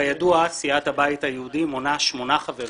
כידוע, סיעת הבית היהודי מונה שמונה חברים